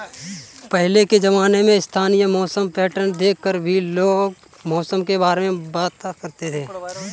पहले के ज़माने में स्थानीय मौसम पैटर्न देख कर भी लोग मौसम के बारे में बता देते थे